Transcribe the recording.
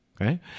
okay